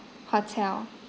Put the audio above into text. hotel